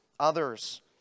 others